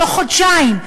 תוך חודשיים,